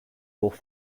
hoch